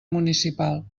municipal